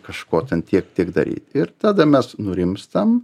kažko ten tiek tiek daryt ir tada mes nurimstam